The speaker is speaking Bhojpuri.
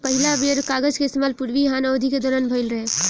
पहिला बेर कागज के इस्तेमाल पूर्वी हान अवधि के दौरान भईल रहे